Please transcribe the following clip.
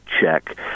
check